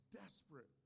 desperate